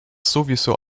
sowieso